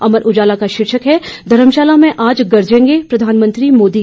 अमर उजाला का शीर्षक है धर्मशाला में आज गरजेंगे प्रधानमंत्री मोदी